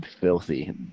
filthy